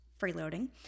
freeloading